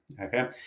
okay